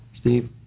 Steve